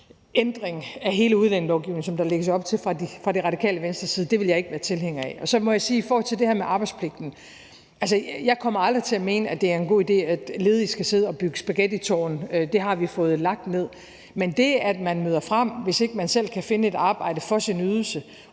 ændring af hele udlændingelovgivningen, som der lægges op til fra Radikale Venstres side, vil jeg ikke være tilhænger af. Så må jeg sige i forhold til det her med arbejdspligten: Jeg kommer aldrig til at mene, at det er en god idé, at ledige skal sidde og bygge spaghettitårne – det har vi fået lagt ned – men det er det, at man møder frem, hvis ikke man selv kan finde et arbejde, og får sin ydelse